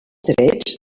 trets